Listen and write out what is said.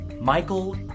Michael